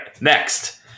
Next